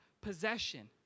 possession